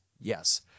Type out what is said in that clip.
Yes